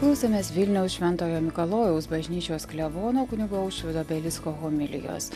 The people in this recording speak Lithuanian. klausėmės vilniaus šventojo mikalojaus bažnyčios klebono kunigo aušvydo belicko homilijos